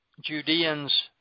Judeans